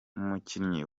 umukinnyi